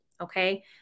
okay